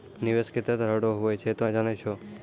निवेश केतै तरह रो हुवै छै तोय जानै छौ